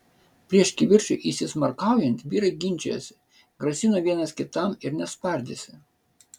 prieš kivirčui įsismarkaujant vyrai ginčijosi grasino vienas kitam ir net spardėsi